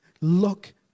Look